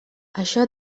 això